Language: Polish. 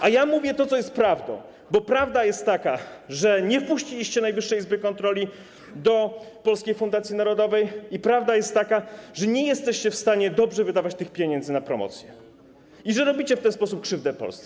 A ja mówię to, co jest prawdą, bo prawda jest taka, że nie wpuściliście Najwyższej Izby Kontroli do Polskiej Fundacji Narodowej, i prawda jest taka, że nie jesteście w stanie dobrze wydawać tych pieniędzy na promocję i że robicie w ten sposób krzywdę Polsce.